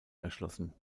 erschlossen